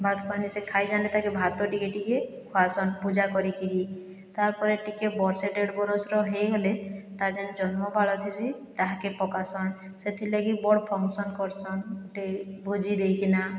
ଭାତ୍ ପାନି ସେ ଖାଇଜାନିତାକେ ଭାତ ଟିକେ ଟିକେ ଖୁଆସନ୍ ପୂଜା କରିକିରି ତା ପରେ ଟିକେ ବର୍ଷେ ଡେଢ଼ବରଷର୍ ହୋଇଗଲେ ତା'ର୍ ଯେନ୍ ଜନ୍ମ ବାଳ ଥେସି ତାହାକେ ପକାସନ୍ ସେଥିର୍ ଲାଗି ବଡ଼୍ ଫଙ୍କସନ୍ କରସନ୍ ଗୋଟିଏ ଭୋଜି ଦେଇକି ନା